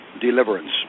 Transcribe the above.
deliverance